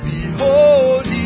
Behold